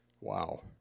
wow